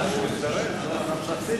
1 נתקבל.